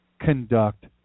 conduct